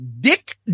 Dick